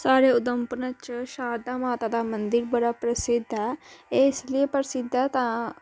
साढ़े उधमपुर च शारदा माता दा मंदिर बड़ा प्रसिद्ध ऐ एह् इस लेई प्रसिद्ध ऐ तां